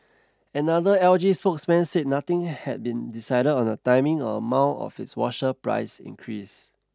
another L G spokesman said nothing had been decided on the timing or amount of its washer price increase